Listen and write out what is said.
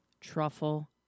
Truffle